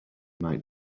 might